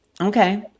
Okay